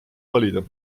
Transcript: valida